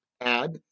add